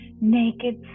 naked